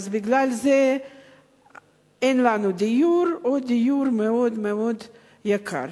ובגלל זה אין לנו דיור או שהדיור מאוד מאוד יקר.